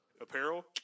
apparel